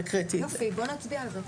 יופי בואו נצביע על זה.